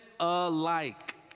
alike